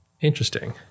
Interesting